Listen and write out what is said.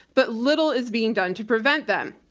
but little is being done to prevent them.